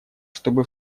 чтобы